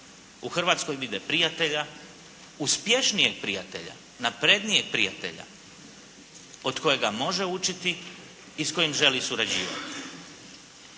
u Hrvatskoj vide prijatelja, uspješnijeg prijatelja, naprednijeg prijatelja od kojega može učiti i s kojim želi surađivati.